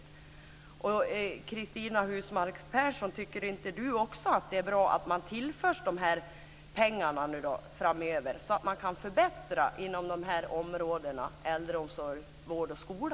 Tycker inte också Cristina Husmark Pehrsson att det är bra att dessa pengar tillförs framöver så att man kan förbättra inom områdena äldreomsorg, vård och skola?